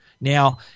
Now